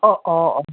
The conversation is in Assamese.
অঁ অঁ